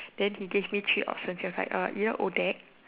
then he gave me three options he's like you know ODAC